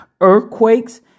earthquakes